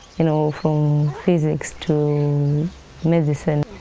you know, from physics to medicine,